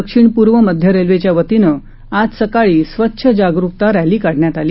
दक्षिण पूर्व मध्य रेलवेच्या वतीनं आज सकाळी स्वच्छ जागरूकता रैली काढण्यात आली